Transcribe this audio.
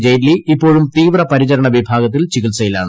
ജെയ്റ്റ്ലി ഇപ്പോഴും തീവ്രപരിചരണ വിഭാഗത്തിൽ ചികിത്സയിലാണ്